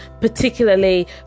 particularly